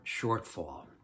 shortfall